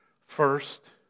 first